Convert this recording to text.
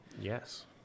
Yes